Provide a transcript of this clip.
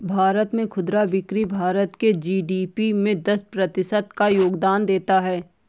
भारत में खुदरा बिक्री भारत के जी.डी.पी में दस प्रतिशत का योगदान देता है